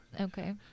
Okay